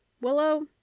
Willow